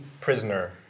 prisoner